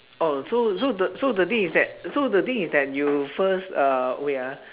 oh so so the so the thing is that so the thing is that you first uh wait ah